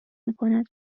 میکند